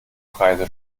preise